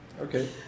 okay